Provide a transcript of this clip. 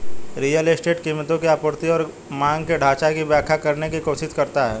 real estate कीमतों की आपूर्ति और मांग के ढाँचा की व्याख्या करने की कोशिश करता है